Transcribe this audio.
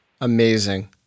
Amazing